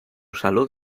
salud